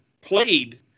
played